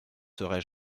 serai